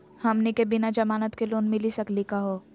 हमनी के बिना जमानत के लोन मिली सकली क हो?